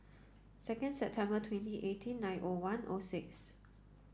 second September twenty eighteen nine O one O six